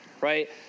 right